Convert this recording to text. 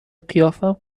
قیافم